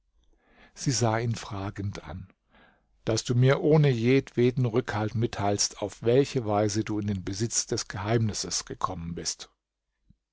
sie sah ihn fragend an daß du mir ohne jedweden rückhalt mitteilst auf welche weise du in den besitz des geheimnisses gekommen bist